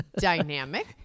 dynamic